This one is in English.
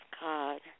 God